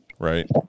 Right